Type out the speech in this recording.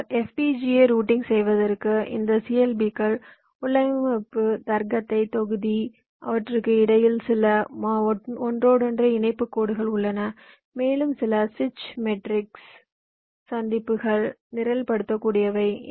பின்னர் FPGA routing செய்வதற்கு இந்த CLB கள் உள்ளமைவு தர்க்கத் தொகுதி அவற்றுக்கு இடையில் சில ஒன்றோடொன்று இணைப்புக் கோடுகள் உள்ளன மேலும் சில சுவிட்ச் மெட்ரிக்குகள் சந்திப்புகளில் நிரல்படுத்தக்கூடியவை